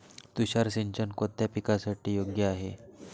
तुषार सिंचन कोणत्या पिकासाठी योग्य आहे?